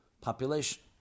population